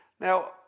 Now